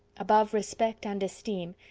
above respect and esteem,